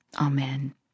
Amen